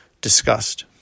discussed